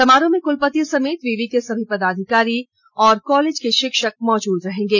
समारोह में क्लपति समेत विवि के सभी पदाधिकारी और कॉलेज के शिक्षक मौजूद रहेंगे